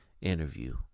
interview